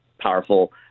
powerful